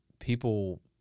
people